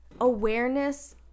awareness